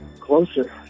closer